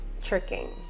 tricking